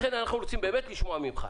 לכן אנחנו רוצים לשמוע ממך